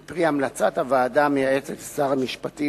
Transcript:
היא פרי המלצת הוועדה המייעצת לשר המשפטים